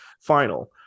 final